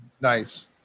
nice